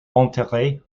enterré